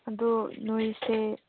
ꯑꯗꯨ ꯅꯣꯏꯁꯦ